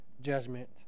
judgment